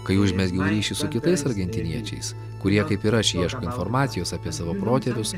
kai užmezgiau ryšį su kitais argentiniečiais kurie kaip ir aš ieško informacijos apie savo protėvius